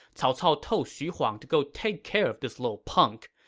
cao cao told xu huang to go take care of this little punk,